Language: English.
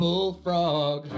bullfrog